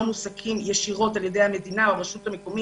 עובדים שלא מועסקים ישירות על-ידי המדינה או הרשות המקומית,